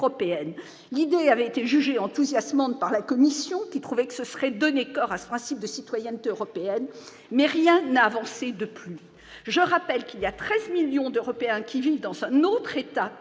L'idée avait été jugée enthousiasmante par la commission, qui trouvait que ce serait donner corps au principe de citoyenneté européenne, mais rien n'a avancé depuis ! Je rappelle que 13 millions d'Européens vivent dans un autre État